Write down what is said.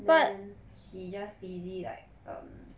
then he just busy like um